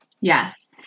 Yes